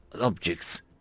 objects